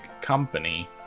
company